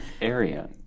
area